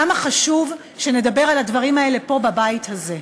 למה חשוב שנדבר על הדברים האלה פה, בבית הזה?